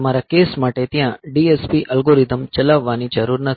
તમારા કેસ માટે ત્યાં DSP એલ્ગોરિધમ ચલાવવાની જરૂર નથી